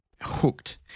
hooked